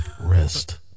Rest